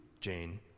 Jane